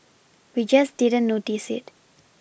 we just didn't notice it